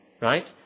right